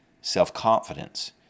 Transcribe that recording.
self-confidence